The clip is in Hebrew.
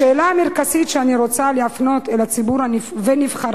השאלה המרכזית שאני רוצה להפנות אל הציבור ונבחריו,